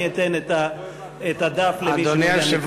אני אתן את הדף למי שמעוניין.